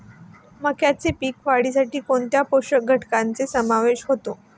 मक्याच्या पीक वाढीसाठी कोणत्या पोषक घटकांचे वापर होतो?